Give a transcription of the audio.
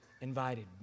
invited